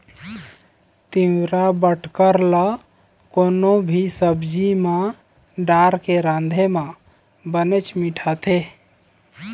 तिंवरा बटकर ल कोनो भी सब्जी म डारके राँधे म बनेच मिठाथे